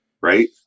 right